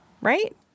right